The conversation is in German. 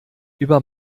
über